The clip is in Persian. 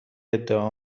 ادعا